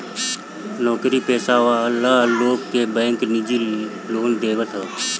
नोकरी पेशा वाला लोग के बैंक निजी लोन देवत हअ